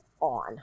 on